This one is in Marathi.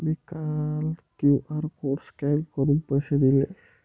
मी काल क्यू.आर कोड स्कॅन करून पैसे दिले